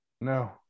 No